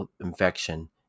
infection